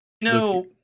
No